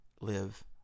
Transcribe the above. live